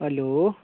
hello